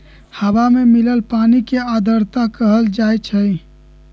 हवा में मिलल पानी के आर्द्रता कहल जाई छई